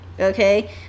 okay